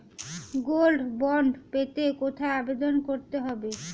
Gold bond পেতে কোথায় আবেদন করতে হবে?